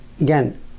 again